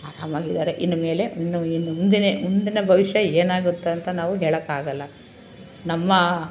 ಆರಾಮಾಗಿದ್ದಾರೆ ಇನ್ನು ಮೇಲೆ ಇನ್ನು ಇನ್ ಮುಂದೇ ಮುಂದಿನ ಭವಿಷ್ಯ ಏನಾಗುತ್ತೋ ಅಂತ ನಾವು ಹೇಳಕ್ಕಾಗಲ್ಲ ನಮ್ಮ